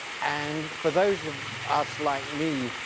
and for those of us like me,